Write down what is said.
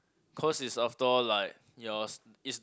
cause it's after all like yours is